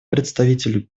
представителю